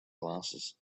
glasses